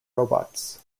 robots